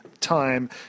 time